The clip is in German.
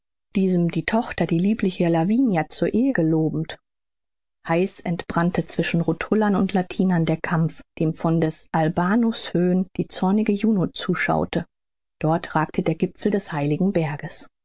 diesem die tochter die liebliche lavinia zur ehe gelobend heiß entbrannte zwischen rutulern und latinern der kampf dem von des albanus höhen die zornige juno zuschaute dort ragte der gipfel des heiligen berges